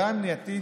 הבעיה המניעתית,